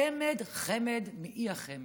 צמד חמד מאי החמד.